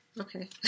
Okay